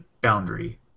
boundary